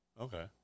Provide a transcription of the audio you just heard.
okay